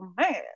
man